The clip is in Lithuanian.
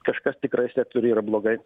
kažkas tikrai sektoriui yra blogai